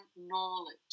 knowledge